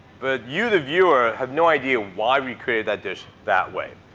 but you, the viewer, have no idea why we created that dish that way.